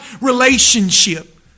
relationship